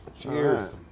Cheers